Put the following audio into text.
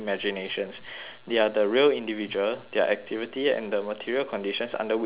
they are the real individual their activity and the material conditions under which they live